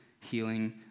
healing